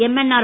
MNR